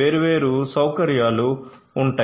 వేర్వేరు సౌకర్యాలు ఉంటాయి